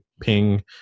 ping